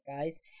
guys